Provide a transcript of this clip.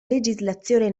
legislazione